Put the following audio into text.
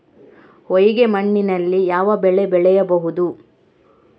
ಹೊಯ್ಗೆ ಮಣ್ಣಿನಲ್ಲಿ ಯಾವ ಬೆಳೆ ಬೆಳೆಯಬಹುದು?